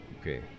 okay